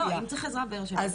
אם צריך עזרה בבאר שבע,